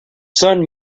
son